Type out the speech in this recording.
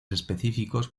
específicos